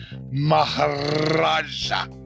Maharaja